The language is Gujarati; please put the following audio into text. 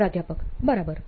પ્રાધ્યાપક બરાબર